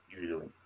usually